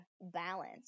balance